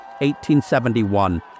1871